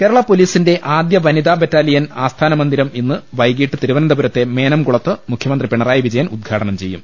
കേരള പൊലീസിന്റെ ആദ്യ വനിതാ ബറ്റാലിയൻ ആസ്ഥാന മന്ദിരം ഇന്ന് വൈകീട്ട് തിരുവനന്തപുരത്തെ മേനംകുളത്ത് മുഖ്യമന്ത്രി പിണറായി വിജയൻ ഉദ്ഘാടനം ചെയ്യും